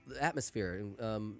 atmosphere